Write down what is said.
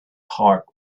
heart